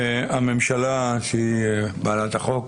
הממשלה שהיא בעלת החוק